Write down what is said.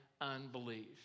unbelief